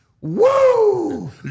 Woo